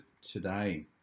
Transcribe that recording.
today